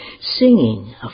singing